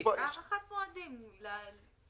הארכת מועדים לבלו על דלק.